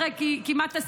אחרי כמעט עשור,